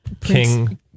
King